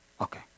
Okay